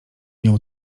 nią